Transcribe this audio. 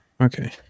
Okay